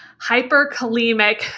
Hyperkalemic